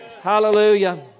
Hallelujah